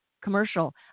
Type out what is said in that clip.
commercial